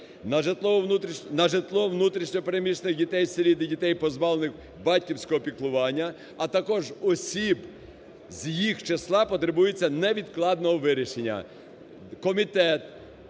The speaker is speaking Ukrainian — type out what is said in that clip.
на житло внутрішньо переміщених дітей-сиріт і дітей, позбавлених батьківського піклування, а також осіб з їх числа, потребують невідкладного вирішення. Комітет